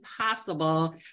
possible